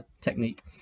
technique